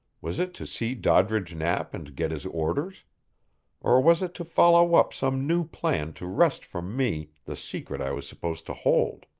was it to see doddridge knapp and get his orders or was it to follow up some new plan to wrest from me the secret i was supposed to hold?